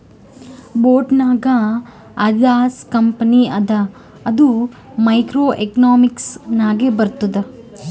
boat ನಾಗ್ Adidas company ಅದ ಅದು ಮೈಕ್ರೋ ಎಕನಾಮಿಕ್ಸ್ ನಾಗೆ ಬರ್ತುದ್